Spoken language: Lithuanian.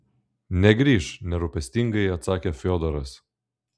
negrįš nerūpestingai atsakė fiodoras